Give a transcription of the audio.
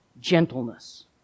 Gentleness